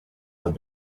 had